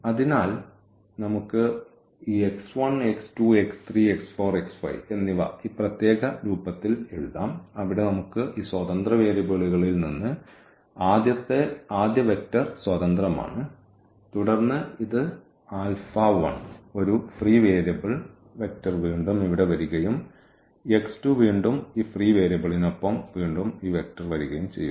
അതിനാൽ നമുക്ക് ഈ x 1 x 2 x 3 x 4 x 5 എന്നിവ ഈ പ്രത്യേക രൂപത്തിൽ എഴുതാം അവിടെ നമുക്ക് ഈ സ്വതന്ത്ര വേരിയബിളുകളിൽ നിന്ന് ആദ്യ വെക്റ്റർ സ്വതന്ത്രമാണ് തുടർന്ന് ഇത് ആൽഫ 1 ഒരു ഫ്രീ വേരിയബിൾ വെക്റ്റർ വീണ്ടും ഇവിടെ വരികയും x2 വീണ്ടും ഈ ഫ്രീ വേരിയബിളിനൊപ്പം വീണ്ടും ഈ വെക്റ്റർ വരികയും ചെയ്യുന്നു